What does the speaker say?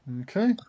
Okay